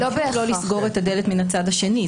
לא לסגור את הדלת מן הצד השני,